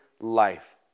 life